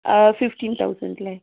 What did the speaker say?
fifteen thousand അല്ലെ